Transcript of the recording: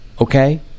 Okay